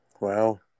Wow